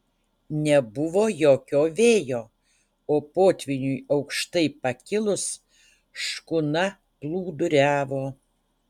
nebuvo jokio vėjo o potvyniui aukštai pakilus škuna plūduriavo